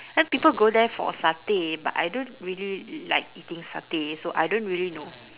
some people go there for satay but I don't really like eating satay so I don't really know